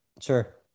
sure